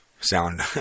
sound